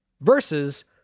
versus